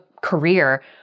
career